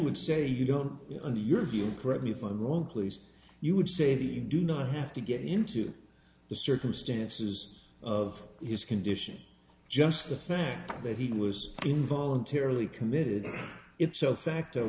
would say you don't and your view correct me if i'm wrong please you would say that you do not have to get into the circumstances of his condition just the fact that he was in voluntarily committed it so facto